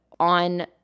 On